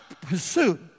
pursuit